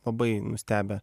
labai nustebę